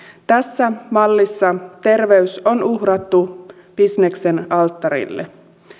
tässä mallissa terveys on uhrattu bisneksen alttarille